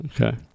Okay